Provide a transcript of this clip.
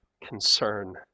concern